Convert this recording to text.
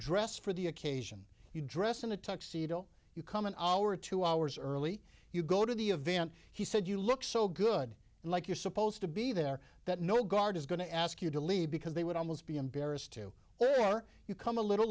dress for the occasion you dress in a tuxedo you come an hour two hours early you go to the event he said you look so good and like you're supposed to be there that no guard is going to ask you to leave because they would almost be embarrassed to say are you come a little